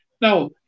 Now